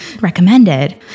recommended